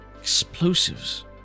Explosives